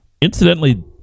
incidentally